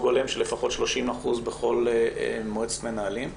הולם של לפחות 30% בכל מועצת מנהלים.